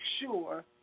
sure